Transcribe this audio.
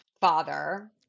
father